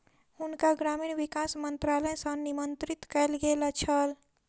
हुनका ग्रामीण विकास मंत्रालय सॅ निमंत्रित कयल गेल छल